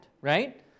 right